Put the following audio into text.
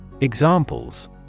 examples